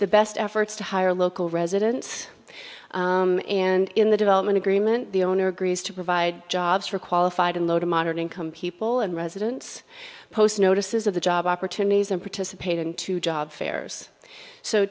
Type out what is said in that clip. the best efforts to hire local residents and in the development agreement the owner agrees to provide jobs for qualified and low to moderate income people and residents post notices of the job opportunities and participating to job fairs so